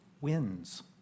wins